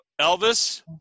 Elvis